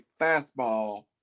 fastball